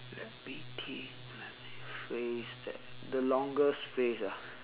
let me think let me phrase that the longest phrase ah